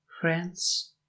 friends